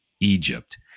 Egypt